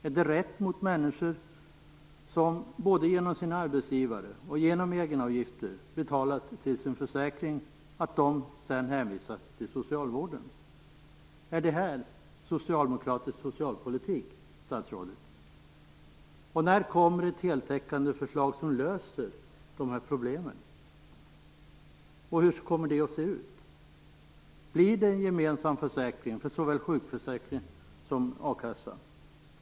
Är det rätt mot människor, som både genom sin arbetsgivare och genom egenavgifter betalat till sin försäkring, att de sedan hänvisas till socialvården? Är det här socialdemokratisk socialpolitik, statsrådet? När kommer ett heltäckande förslag som löser de här problemen? Och hur kommer det att se ut? Blir det en gemensam försäkring för såväl sjukförsäkring som a-kassa?